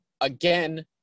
again –